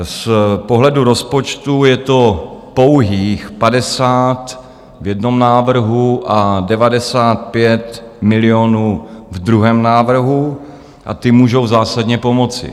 Z pohledu rozpočtu je to pouhých 50 v jednom návrhu a 95 milionů v druhém návrhu, a ty můžou zásadně pomoci.